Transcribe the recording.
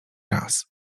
raz